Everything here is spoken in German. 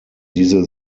diese